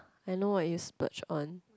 I know what you splurge on